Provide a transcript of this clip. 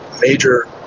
major